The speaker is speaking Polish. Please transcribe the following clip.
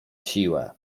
siłę